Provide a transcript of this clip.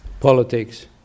politics